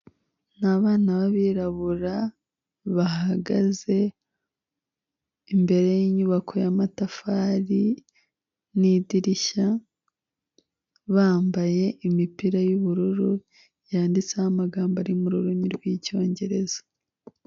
Ni abana b'abirabura bahagaze imbere y'inyubako y'amatafari n'idirishya, bambaye imipira y'ubururu yanditseho amagambo ari mu rurimi rw'icyongereza.